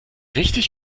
richtig